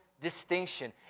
distinction